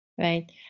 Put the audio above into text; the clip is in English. Right